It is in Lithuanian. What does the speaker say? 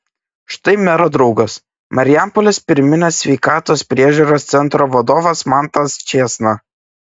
štai mero draugas marijampolės pirminės sveikatos priežiūros centro vadovas mantas čėsna